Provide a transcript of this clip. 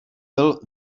byl